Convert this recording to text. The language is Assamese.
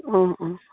অঁ অঁ